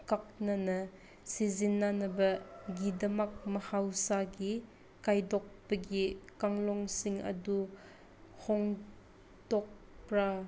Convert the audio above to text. ꯑꯀꯛꯅꯅ ꯁꯤꯖꯤꯟꯅꯅꯕꯒꯤꯗꯃꯛ ꯃꯍꯧꯁꯥꯒꯤ ꯈꯥꯏꯗꯣꯛꯄꯒꯤ ꯀꯥꯡꯂꯣꯟꯁꯤꯡ ꯑꯗꯨ ꯍꯣꯡꯗꯣꯛꯄ꯭ꯔꯥ